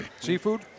Seafood